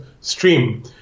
stream